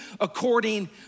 according